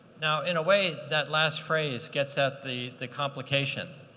now, in a way, that last phrase gets at the the complication.